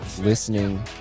listening